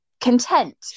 content